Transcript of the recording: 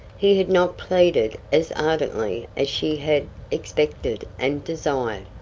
he had not pleaded as ardently as she had expected and desired,